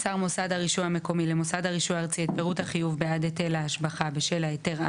קיים בתוכניות בתנאי להיתר,